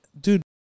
dude